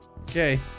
Okay